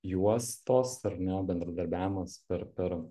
juostos ar ne bendradarbiavimas per per